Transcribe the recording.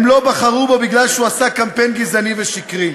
הם לא בחרו בו מפני שהוא עשה קמפיין גזעני ושקרי.